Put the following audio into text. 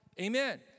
Amen